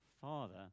Father